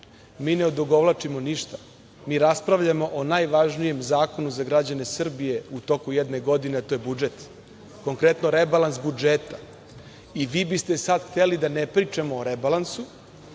Mi ne odugovlačimo ništa. Mi raspravljamo o najvažnijem zakonu za građane Srbije u toku jedne godine, a to je budžet, konkretno rebalans budžeta i vi biste sada hteli da ne pričamo o rebalansu,